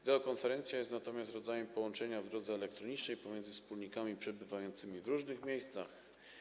Wideokonferencja jest natomiast rodzajem połączenia w drodze elektronicznej pomiędzy wspólnikami przebywającymi w różnych miejscach.